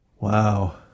Wow